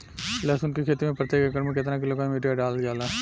लहसुन के खेती में प्रतेक एकड़ में केतना किलोग्राम यूरिया डालल जाला?